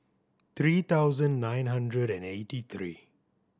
three thousand nine hundred and eighty three